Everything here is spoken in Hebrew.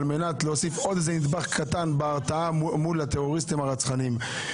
מנת להוסיף עוד נדבך קטן בהרתעה מול הטרוריסטים הרצחניים.